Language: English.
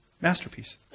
masterpiece